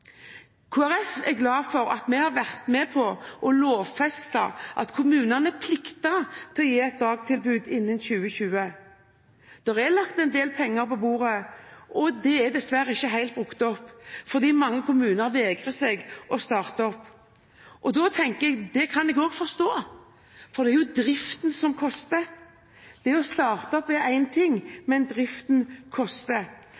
er glad for at vi har vært med på å lovfeste at kommunene plikter å gi et dagtilbud innen 2020. Det er lagt en del penger på bordet, og det er dessverre ikke helt brukt opp fordi mange kommuner vegrer seg mot å starte opp. Det kan jeg også forstå, for det er jo driften som koster. Det å starte opp er